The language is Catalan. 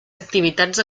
activitats